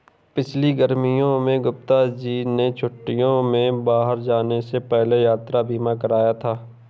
पिछली गर्मियों में गुप्ता जी ने छुट्टियों में बाहर जाने से पहले यात्रा बीमा कराया था